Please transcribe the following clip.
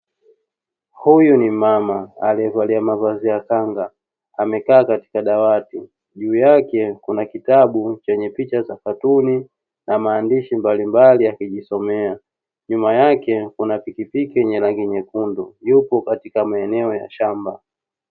Huyu ni mama aliyezaliwa mavazi ya kanga amekaa katika dawati juu yake kuna kitabu chenye picha za katuni na maandishi mbalimbali akijisomea nyuma yake una pikipiki yenye rangi nyekundu yupo katika maeneo ya shamba.